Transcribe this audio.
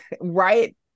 right